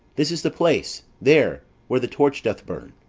this is the place. there, where the torch doth burn.